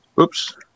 Oops